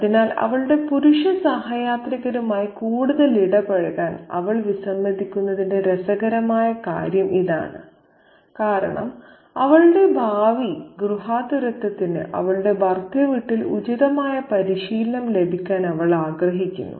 അതിനാൽ അവളുടെ പുരുഷ സഹയാത്രികരുമായി കൂടുതൽ ഇടപഴകാൻ അവൾ വിസമ്മതിക്കുന്നതിന്റെ രസകരമായ കാര്യം ഇതാണ് കാരണം അവളുടെ ഭാവി ഗൃഹാതുരത്വത്തിന് അവളുടെ ഭർതൃ വീട്ടിൽ ഉചിതമായ പരിശീലനം ലഭിക്കാൻ അവൾ ആഗ്രഹിക്കുന്നു